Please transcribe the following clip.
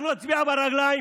אנחנו נצביע ברגליים,